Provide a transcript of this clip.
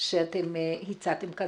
שאתם הצעתם כאן,